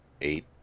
Eight